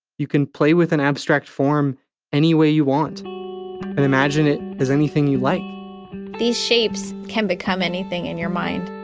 you can play with an abstract form any way you want, and imagine it as anything you like these shapes can become anything in your mind